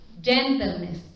gentleness